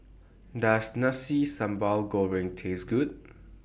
Does Nasi Sambal Goreng Taste Good